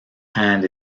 hand